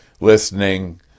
listening